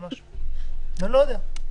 אני לא יודע.